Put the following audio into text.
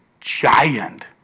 giant